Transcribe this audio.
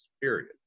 period